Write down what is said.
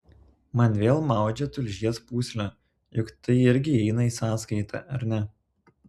man vėl maudžia tulžies pūslę juk tai irgi įeina į sąskaitą ar ne